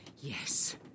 Yes